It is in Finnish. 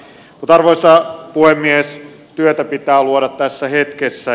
mutta arvoisa puhemies työtä pitää luoda tässä hetkessä